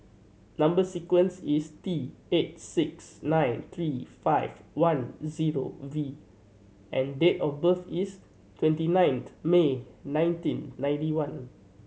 number sequence is T eight six nine three five one zero V and date of birth is twenty ninth May nineteen ninety one